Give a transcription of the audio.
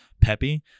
peppy